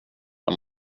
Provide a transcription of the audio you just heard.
jag